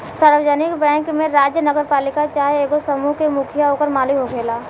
सार्वजानिक बैंक में राज्य, नगरपालिका चाहे एगो समूह के मुखिया ओकर मालिक होखेला